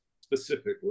specifically